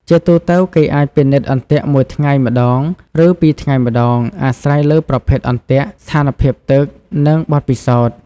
ជាទូទៅ គេអាចពិនិត្យអន្ទាក់មួយថ្ងៃម្តង ឬពីរថ្ងៃម្តង អាស្រ័យលើប្រភេទអន្ទាក់ ស្ថានភាពទឹក និងបទពិសោធន៍។